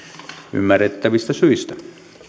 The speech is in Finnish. ymmärrettävistä syistä